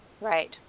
Right